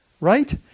right